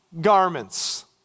Garments